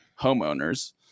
homeowners